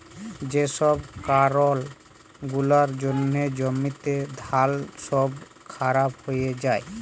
যে ছব কারল গুলার জ্যনহে জ্যমিতে ধাল ছব খারাপ হঁয়ে যায়